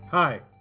Hi